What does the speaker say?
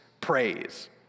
praise